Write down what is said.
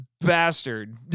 bastard